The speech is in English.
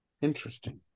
Interesting